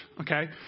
okay